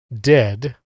dead